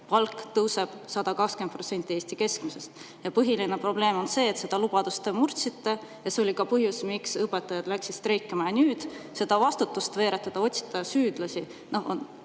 palk tõuseb 120%‑ni Eesti keskmisest. Põhiline probleem on see, et seda lubadust te murdsite, ja see oli ka põhjus, miks õpetajad [hakkasid] streikima. Nüüd seda vastutust veeretada ja süüdlasi